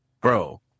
bro